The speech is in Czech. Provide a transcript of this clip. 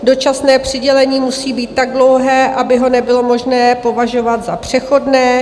Dočasné přidělení musí být tak dlouhé, aby ho nebylo možné považovat za přechodné.